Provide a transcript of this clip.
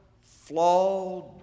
flawed